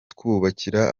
twubakira